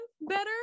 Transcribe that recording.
better